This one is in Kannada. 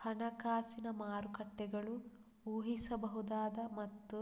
ಹಣಕಾಸಿನ ಮಾರುಕಟ್ಟೆಗಳು ಊಹಿಸಬಹುದಾದ ಮತ್ತು